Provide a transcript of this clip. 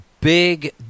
big